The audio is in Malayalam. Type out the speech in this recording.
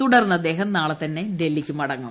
തുടർന്ന് അദ്ദേഹം നാളെ തന്നെ ഡൽഹിക്ക് മടങ്ങും